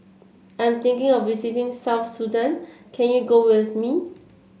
I'm thinking of visiting South Sudan can you go with me